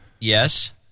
Yes